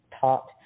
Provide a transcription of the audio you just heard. taught